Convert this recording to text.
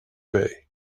bay